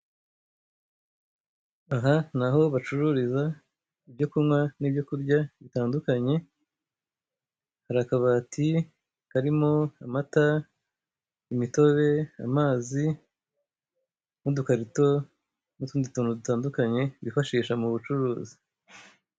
Aha ni aho bacururiza ibyo kunywa n'ibyo kurya bitandukanye; hari akabati karimo amata, imitobe, amazi, n'udukarito n'utundi tuntu dutandukanye, bifashisha mu bucuruzi.